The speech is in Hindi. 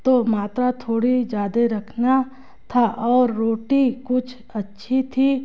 तो मात्रा थोड़ी ज़्यादे रखना था और रोटी कुछ अच्छी थी